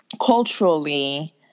culturally